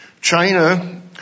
China